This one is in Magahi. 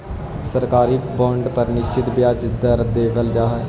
सरकारी बॉन्ड पर निश्चित ब्याज दर देवल जा हइ